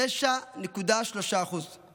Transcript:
9.3%;